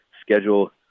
schedule